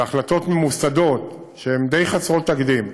והחלטות ממוסדות, שהן די חסרות תקדים.